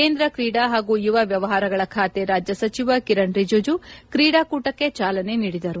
ಕೇಂದ್ರ ಕ್ರೀಡಾ ಹಾಗೂ ಯುವ ವ್ಯವಹಾರಗಳ ಖಾತೆ ರಾಜ್ಯ ಸಚಿವ ಕಿರಣ್ ರಿಜಿಜು ಕ್ರೀಡಾಕೂಟಕ್ಕೆ ಚಾಲನೆ ನೀಡಿದರು